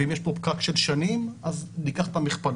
ואם יש פה פקק של שנים, אז ניקח את המכפלות.